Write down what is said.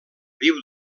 viu